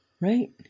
right